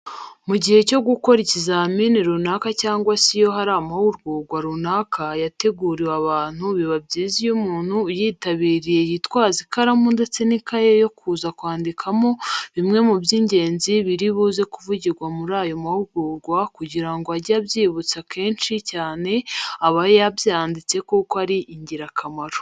Mu gihe cyo gukora ikizamini runaka cyangwa se iyo hari amahugurwa runaka yateguriwe abantu biba byiza iyo umuntu uyitabiriye yitwaza ikaramu ndetse n'ikaye yo kuza kwandikamo bimwe mu by'ingenzi bbiri buze kuvugirwa muri ayo mahugurwa kugirango ajye abyibutsa kenshi cyane aba yabyanditse kuko ari ingirakamaro.